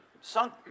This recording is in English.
sunk